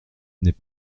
n’est